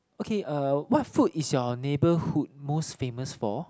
okay uh what food is your neighbourhood most famous for